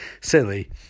silly